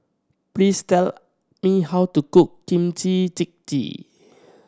please tell me how to cook Kimchi Jjigae